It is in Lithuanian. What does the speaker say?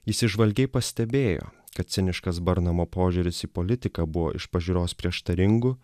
jis įžvalgiai pastebėjo kad ciniškas burnamo požiūris į politiką buvo iš pažiūros prieštaringų